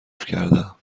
کردهام